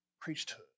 priesthood